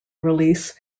release